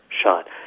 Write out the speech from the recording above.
shot